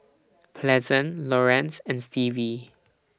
Pleasant Laurence and Stevie